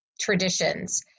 traditions